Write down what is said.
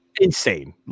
Insane